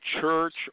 church